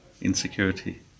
Insecurity